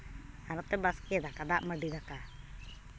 ᱟᱨ ᱱᱚᱛᱮ ᱵᱟᱥᱠᱮ ᱫᱟᱠᱟ ᱫᱟᱜ ᱢᱟᱹᱰᱤ ᱫᱟᱠᱟ